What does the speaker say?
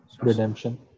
Redemption